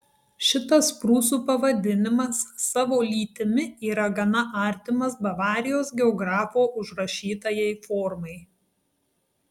šitas prūsų pavadinimas savo lytimi yra gana artimas bavarijos geografo užrašytajai formai